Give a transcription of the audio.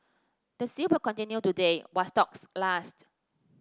the sale will continue today while stocks last